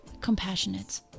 compassionate